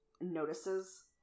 notices